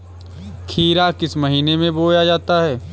खीरा किस महीने में बोया जाता है?